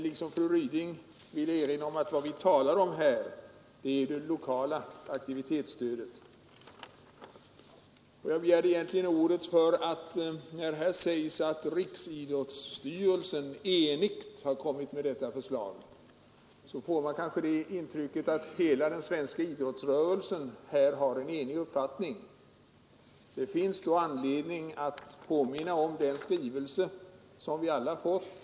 Liksom fru Ryding vill jag så erinra om att det vi egentligen skulle tala om här är det lokala aktivitetsstödet. Jag begärde närmast ordet i anledning av uppgiften att riksidrottsstyrelsen enhälligt står bakom socialdemokraternas förslag. Av den får man kanske intrycket att hela den svenska idrottsrörelsen har en enhällig uppfattning i frågan. Det finns då anledning att påminna om en skrivelse som vi alla fått.